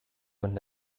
wohin